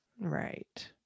right